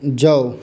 जाउ